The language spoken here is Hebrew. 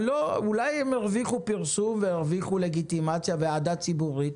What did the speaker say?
אולי הם הרוויחו פרסום והרוויחו לגיטימציה ואהבה ציבורית,